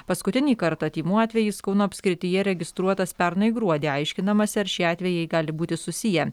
paskutinį kartą tymų atvejis kauno apskrityje registruotas pernai gruodį aiškinamasi ar šie atvejai gali būti susiję